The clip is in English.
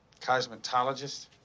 Cosmetologist